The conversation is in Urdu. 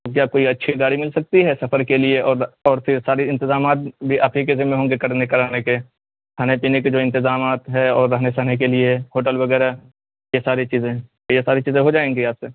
کیا کوئی اچھی گاڑی مل سکتی ہے سفر کے لیے اور اور پھر ساری انتظامات بھی آپ ہی کے ذمہ ہوں گے کرنے کرانے کے کھانے پینے کے جو انتظامات ہے اور رہنے سہنے کے لیے ہوٹل وغیرہ یہ ساری چیزیں یہ ساری چیزیں ہو جائیں گی آپ سے